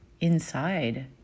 inside